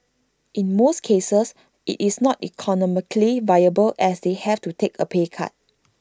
in most cases IT is not economically viable as they have to take A pay cut